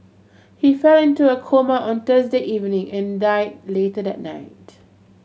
he fell into a coma on Thursday evening and died later that night